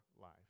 life